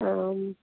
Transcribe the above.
ਹਾਂ